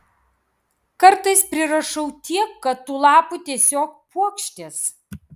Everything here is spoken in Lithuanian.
kartais prirašau tiek kad tų lapų tiesiog puokštės